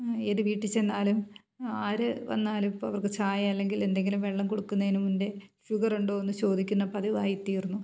ഏതു വീട്ടിൽ ചെന്നാലും ആരു വന്നാൽ ഇപ്പോൾ അവർക്ക് ചായ അല്ലെങ്കിൽ എന്തെങ്കിലും വെള്ളം കൊടുക്കുന്നതിനു മുന്നേ ഷുഗറുണ്ടോയെന്നു ചോദിക്കുന്നത് പതിവായിത്തീർന്നു